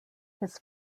his